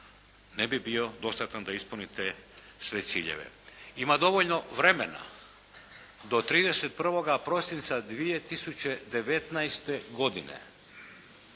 ne bi bio dostatan da ispuni te sve ciljeve. Ima dovoljno vremena do 31. prosinca 2019. godine,